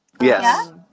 Yes